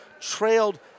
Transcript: trailed